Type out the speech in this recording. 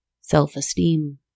self-esteem